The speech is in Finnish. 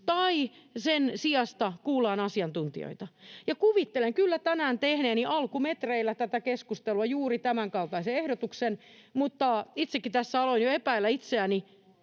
tai sen sijasta kuullaan asiantuntijoita. Kuvittelen kyllä tänään tehneeni alkumetreillä tätä keskustelua juuri tämänkaltaisen ehdotuksen, mutta itsekin tässä aloin jo epäillä itseäni.